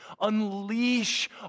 Unleash